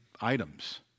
items